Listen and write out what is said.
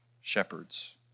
shepherds